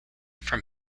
from